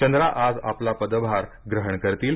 चंद्रा आज आपला पदभार ग्रहण करतील